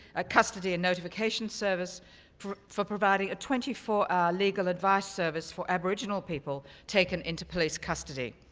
a custody and notification service for for providing a twenty four hour legal advice service for aboriginal people taken into police custody.